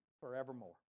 forevermore